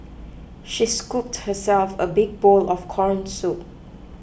she scooped herself a big bowl of Corn Soup